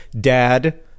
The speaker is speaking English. dad